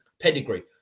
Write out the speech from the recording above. pedigree